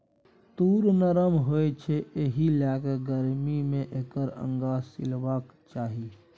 तूर नरम होए छै एहिलेल गरमी मे एकर अंगा सिएबाक चाही